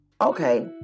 okay